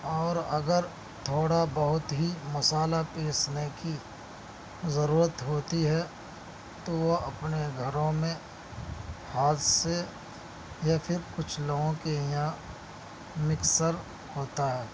اور اگر تھوڑا بہت ہی مصالحہ پیسنے کی ضرورت ہوتی ہے تو وہ اپنے گھروں میں ہاتھ سے یا پھر کچھ لوگوں کے یہاں مکسر ہوتا ہے